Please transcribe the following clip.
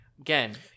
again